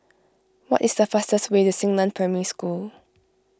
what is the fastest way to Xingnan Primary School